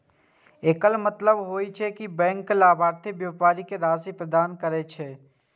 एकर मतलब होइ छै, जे बैंक लाभार्थी व्यापारी कें राशि प्रदान करै छै